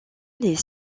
les